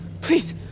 Please